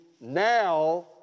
Now